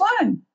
one